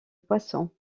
poissons